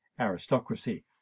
aristocracy